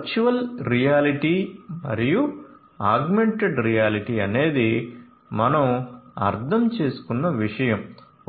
virtual reality మరియు augmented reality అనేది మనం అర్థం చేసుకున్న విషయం